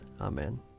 Amen